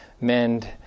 mend